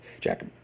Jack